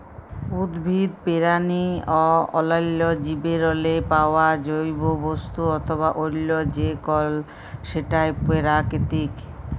উদ্ভিদ, পেরানি অ অল্যাল্য জীবেরলে পাউয়া জৈব বস্তু অথবা অল্য যে কল সেটই পেরাকিতিক